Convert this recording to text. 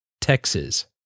Texas